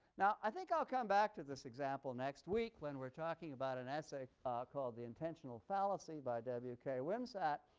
now i think i'll come back to this example next week when we're talking about an essay called the intentional fallacy by w k. wimsatt,